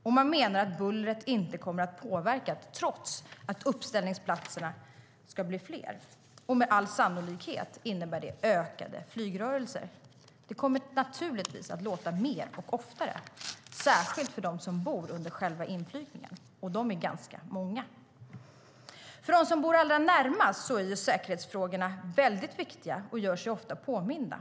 Och man menar att bullret inte kommer att påverka trots att uppställningsplatserna ska bli fler. Med all sannolikhet innebär det ökade flygrörelser. Det kommer naturligtvis att låta mer och oftare, särskilt för dem som bor under själva inflygningsvägen, och de är ganska många. För dem som bor allra närmast är säkerhetsfrågorna väldigt viktiga och gör sig ofta påminda.